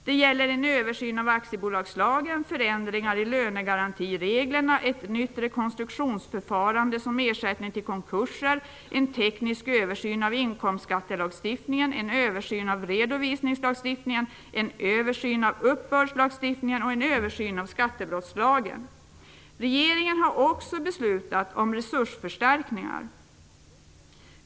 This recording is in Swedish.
Det gäller en översyn av aktiebolagslagen, förändringar i lönegarantireglerna, ett nytt rekonstruktionsförfarande som ersättning för konkurser, en teknisk översyn av inkomstskattelagstiftningen, en översyn av redovisningslagstiftningen, en översyn av uppbördslagstiftningen samt en översyn av skattebrottslagen. Regeringen har också beslutat om resursförstärkningar.